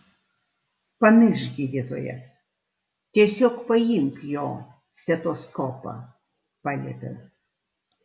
pamiršk gydytoją tiesiog paimk jo stetoskopą paliepiau